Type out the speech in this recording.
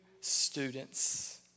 students